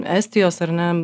estijos ar ne